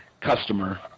customer